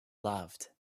loved